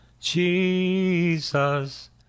Jesus